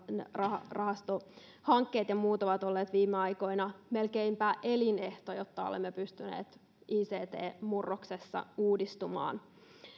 rakennerahastohankkeet ja muut ovat olleet viime aikoina melkeinpä elinehto jotta olemme pystyneet ict murroksessa uudistumaan